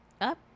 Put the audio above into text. Up